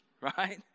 Right